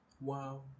Wow